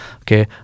okay